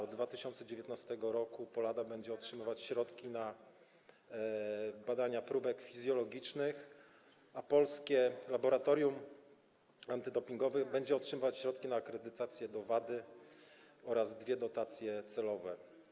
Od 2019 r. POLADA będzie otrzymywać środki na badania próbek fizjologicznych, a Polskie Laboratorium Antydopingowe będzie otrzymywać środki na akredytację WADA oraz dwie dotacje celowe.